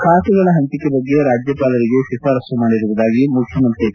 ಖಾತೆಗಳ ಹಂಚಿಕೆಯ ಬಗ್ಗೆ ರಾಜ್ಯಪಾಲರಿಗೆ ಶಿಫಾರಸ್ತು ಮಾಡಿರುವುದಾಗಿ ಮುಖ್ಯಮಂತ್ರಿ ಎಚ್